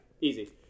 Easy